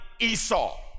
Esau